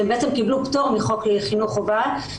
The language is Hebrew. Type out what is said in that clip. שהם בעצם קיבלו פטור מחוק חינוך חובה,